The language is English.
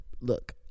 Look